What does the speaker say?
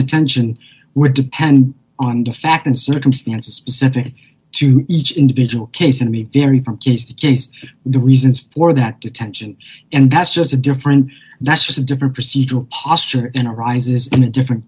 detention would depend on the facts and circumstances specific to each individual case and be very frank used to just the reasons for that detention and that's just a different that's a different procedural posture and arises in a different